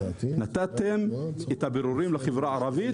נתתם פירורים לחברה הערבית,